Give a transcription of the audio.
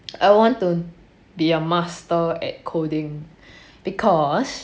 I would want to be a master at coding because